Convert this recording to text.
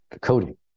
coding